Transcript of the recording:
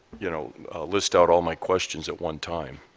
you know list out all my questions at one time.